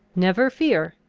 never fear!